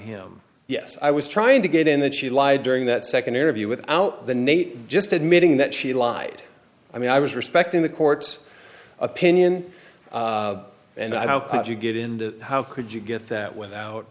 him yes i was trying to get in that she lied during that second interview without the nape just admitting that she lied i mean i was respecting the court's opinion and i hope that you get into how could you get that without